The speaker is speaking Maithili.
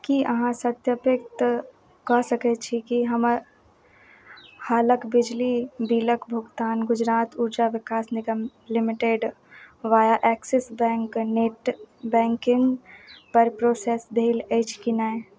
की आहाँ सत्यापित कऽ सकय छी की हमर हालक बिजली बिलक भुगतान Gujarat Urja Vikas Nigam limited via Axis Bank net बैंकिंगपर प्रोसेस भेल अछि कि नै